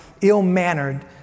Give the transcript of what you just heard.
ill-mannered